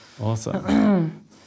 Awesome